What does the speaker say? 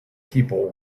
people